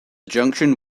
junction